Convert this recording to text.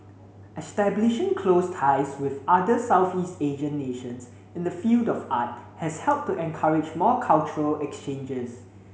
establishing close ties with other Southeast Asian nations in the field of art has helped to encourage more cultural exchanges